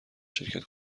شرکت